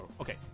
Okay